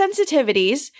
sensitivities